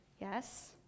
Yes